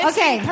Okay